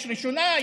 יש ראשונה,